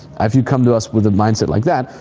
if you come to us with a mindset like that,